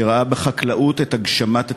שראה בחקלאות את הגשמת הציונות.